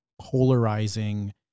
polarizing